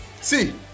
See